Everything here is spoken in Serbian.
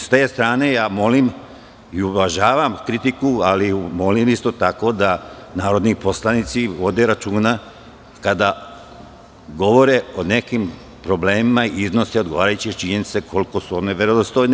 S te strane, uvažavam kritiku, ali molim, isto tako, da narodni poslanici vode računa kada govore o nekim problemima i iznose odgovarajuće činjenice koliko su one verodostojne.